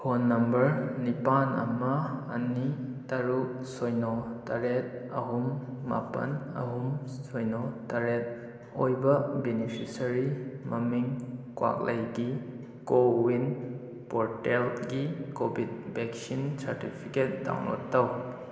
phone number ꯅꯤꯄꯥꯜ ꯑꯃ ꯑꯅꯤ ꯇꯔꯨꯛ ꯁꯤꯅꯣ ꯇꯔꯦꯠ ꯑꯍꯨꯝ ꯃꯥꯄꯜ ꯑꯍꯨꯝ ꯁꯤꯅꯣ ꯇꯔꯦꯠ ꯑꯣꯏꯕ ꯕꯦꯅꯤꯐꯤꯁꯔꯤ ꯃꯃꯤꯡ ꯀ꯭ꯋꯥꯛꯂꯩꯒꯤ ꯀꯣꯋꯤꯟ ꯄꯣꯔꯇꯦꯜꯒꯤ ꯀꯣꯚꯤꯠ ꯚꯦꯛꯁꯤꯟ ꯁ꯭꯭ꯔꯇꯤꯐꯤꯀꯦꯠ ꯗꯥꯎꯟꯂꯣꯠ ꯇꯧ